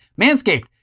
Manscaped